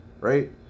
right